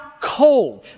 cold